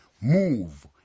move